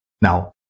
Now